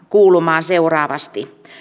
kuulumaan seuraavasti